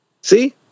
See